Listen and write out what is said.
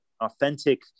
authentic